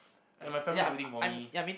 and my family is waiting for me